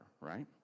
right